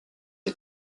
est